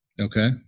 Okay